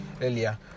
...earlier